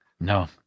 No